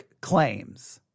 claims